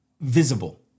visible